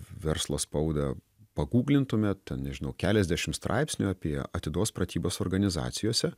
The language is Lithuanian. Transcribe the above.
verslo spaudą pagūglintumėt ten nežinau keliasdešimt straipsnių apie atidos pratybas organizacijose